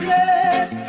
Yes